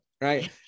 Right